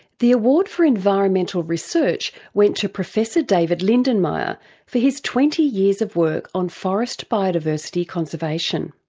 the award for environmental research went to professor david lindenmayer for his twenty years of work on forest biodiversity conservation.